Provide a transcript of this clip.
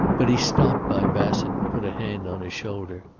but he stopped by bassett and put a hand on his shoulder.